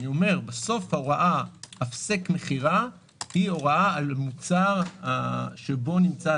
בסוף ההוראה: הפסק מכירה, היא הוראה על מוצר שנמצא